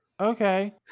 okay